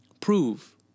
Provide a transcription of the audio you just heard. prove